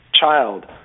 child